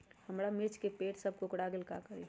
हमारा मिर्ची के पेड़ सब कोकरा गेल का करी?